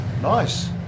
Nice